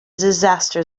disaster